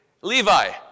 Levi